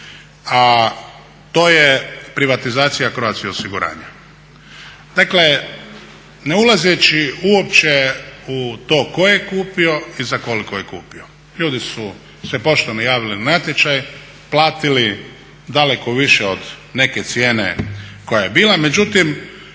a to je privatizacija Croatia osiguranja. Dakle, ne ulazeći uopće u to tko je kupio i za koliko je kupio. Ljudi su se pošteno javili na natječaj, platili daleko više od neke cijene koja je bila međutim